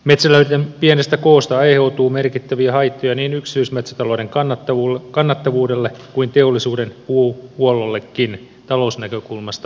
metsälöiden pienestä koosta aiheutuu merkittäviä haittoja niin yksityismetsätalouden kannattavuudelle kuin teollisuuden puuhuollollekin talousnäkökulmasta ajatellen